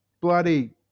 bloody